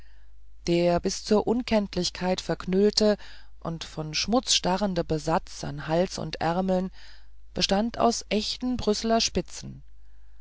der bis zur unkenntlichkeit zerknüllte und von schmutz starrende besatz an hals und ärmeln bestand aus echten brüsseler spitzen